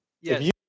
Yes